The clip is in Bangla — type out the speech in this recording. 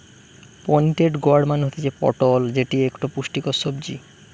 পোনিটেড গোয়ার্ড মানে হতিছে পটল যেটি একটো পুষ্টিকর সবজি